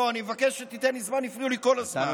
לא, אני מבקש שתיתן לי זמן, הפריעו לי כל הזמן.